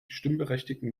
stimmberechtigten